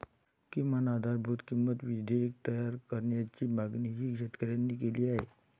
किमान आधारभूत किंमत विधेयक तयार करण्याची मागणीही शेतकऱ्यांनी केली आहे